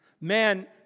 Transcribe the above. Man